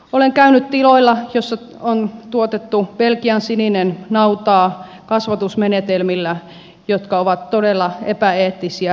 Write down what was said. olen käynyt tiloilla joissa on tuotettu belgiansininen nautaa kasvatusmenetelmillä jotka ovat todella epäeettisiä